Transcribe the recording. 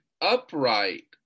upright